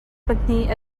pahnih